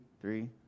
three